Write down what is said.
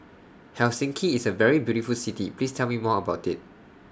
Helsinki IS A very beautiful City Please Tell Me More about IT